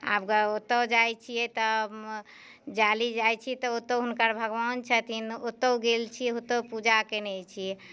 आब ओतऽ जाइ छियै तऽ जाली जाइ छियै तऽ ओतौ हुनकर भगवान छथिन ओतौ गेल छियै ओतौ पूजा केने छियै